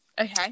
Okay